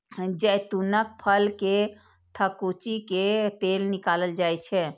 जैतूनक फल कें थकुचि कें तेल निकालल जाइ छै